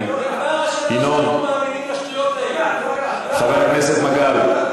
אני מזמין את חבר הכנסת יואל חסון.